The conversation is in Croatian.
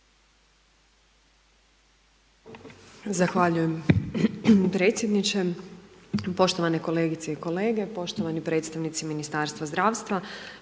Zahvaljujem predsjedniče, poštovane kolegice i kolege, poštovani predstavnici Ministarstva zdravstva.